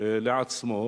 לעצמו